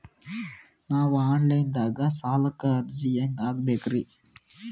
ನಾವು online ದಾಗ ಸಾಲಕ್ಕ ಅರ್ಜಿ ಹೆಂಗ ಹಾಕಬೇಕ್ರಿ?